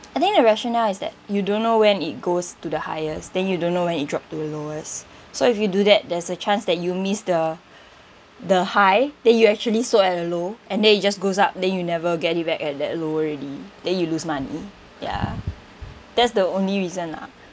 I think the rational is that you don't know when it goes to the highest then you don't know when it dropped to the lowest so if you do that there's a chance that you miss the the high then you actually sold at a low and then it just goes up then you never get it back at that low already then you lose money ya that's the only reason ah